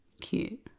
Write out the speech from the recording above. cute